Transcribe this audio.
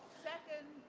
second.